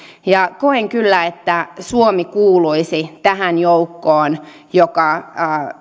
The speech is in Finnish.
koen kyllä että suomi kuuluisi tähän joukkoon joka